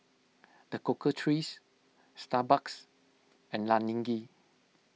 the Cocoa Trees Starbucks and Laneige